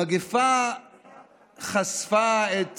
המגפה חשפה את